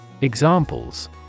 Examples